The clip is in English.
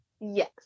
Yes